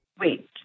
Wait